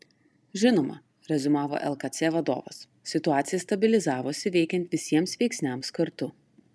žinoma reziumavo lkc vadovas situacija stabilizavosi veikiant visiems veiksniams kartu